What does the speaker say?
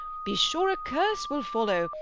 be sure a curse will follow,